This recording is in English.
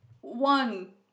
One